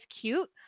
cute